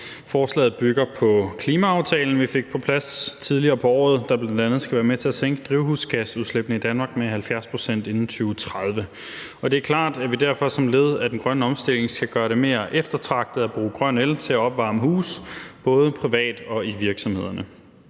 Forslaget bygger på klimaaftalen, som vi fik på plads tidligere på året, og som bl.a. skal være med til at sænke drivhusgasudslippet i Danmark med 70 pct. inden 2030, og det er klart, at vi derfor som led i den grønne omstilling skal gøre det mere eftertragtet at bruge grøn el til at opvarme huse, både privat og i virksomhederne.